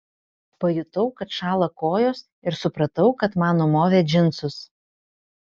pajutau kad šąla kojos ir supratau kad man numovė džinsus